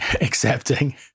accepting